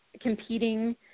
competing